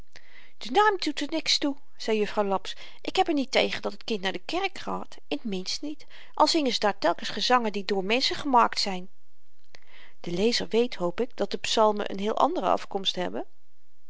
de naam doet er niks toe zei juffrouw laps ik heb er niet tegen dat het kind naar de kerk gaat in t minst niet al zingen ze daar telkens gezangen die door menschen gemaakt zyn de lezer weet hoop ik dat de psalmen n heel andere afkomst hebben